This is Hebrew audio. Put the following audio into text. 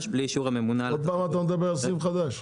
בלי אישור הממונה -- עוד פעם אתה מדבר על סניף חדש?